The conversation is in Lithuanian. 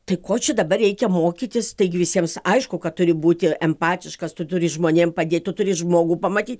tai ko čia dabar reikia mokytis taigi visiems aišku kad turi būti empatiškas tu turi žmonėm padėt tu turi žmogų pamatyt